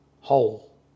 whole